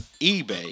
eBay